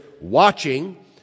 watching